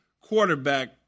quarterback